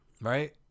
Right